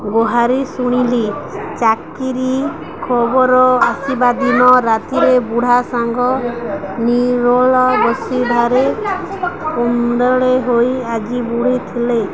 ଗୁହାରି ଶୁଣିଲି ଚାକିରି ଖବର ଆସିବା ଦିନ ରାତିରେ ବୁଢ଼ା ସାଙ୍ଗ ନିରୋଳ ବସିଧାରେ କୁଣ୍ଡଳେ ହୋଇ ଆଜି ବୁ଼ଡ଼ିଥିଲେ